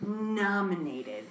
nominated